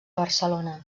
barcelona